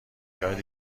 یاد